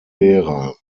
derer